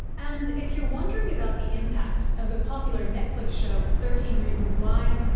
and if you're wondering about the impact of the popular netflix show, thirteen reasons why,